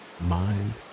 mind